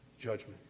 judgment